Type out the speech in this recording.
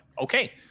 Okay